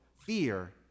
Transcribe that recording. fear